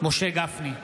משה גפני,